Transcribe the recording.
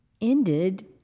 ended